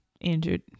injured